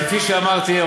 כפי שאמרתי,